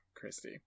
Christy